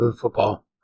football